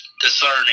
discerning